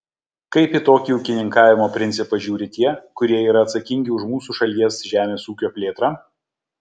kaip į tokį ūkininkavimo principą žiūri tie kurie yra atsakingi už mūsų šalies žemės ūkio plėtrą